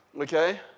Okay